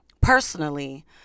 personally